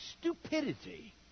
stupidity